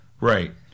Right